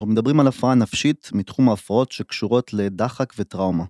‫אנחנו מדברים על הפרעה הנפשית ‫מתחום ההפרעות שקשורות לדחק וטראומה.